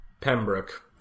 Pembroke